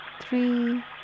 three